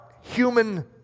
human